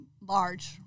large